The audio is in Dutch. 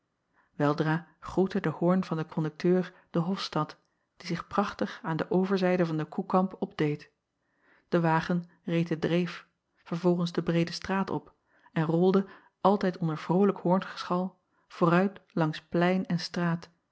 eldra groette de hoorn van den kondukteur de hofstad die zich prachtig aan de overzijde van den oekamp opdeed de wagen reed de reef vervolgens de breede straat op en rolde altijd onder vrolijk hoorngeschal vooruit langs plein en straat